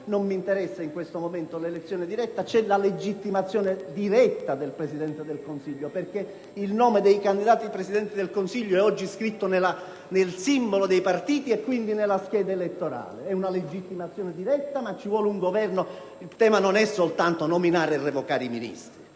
Non m'interessa in questo momento l'elezione diretta: c'è la legittimazione diretta del Presidente del Consiglio perché il nome dei candidati alla carica di Presidente del Consiglio è oggi scritto nel simbolo dei partiti e, quindi, nella scheda elettorale. È una legittimazione diretta, ma ci vuole un Governo. Il tema non è soltanto nominare e revocare i Ministri,